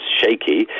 shaky